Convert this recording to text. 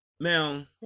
Now